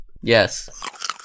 Yes